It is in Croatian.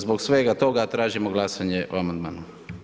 Zbog svega toga, tražimo glasanje o amandmanu.